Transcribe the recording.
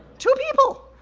two people.